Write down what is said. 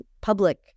public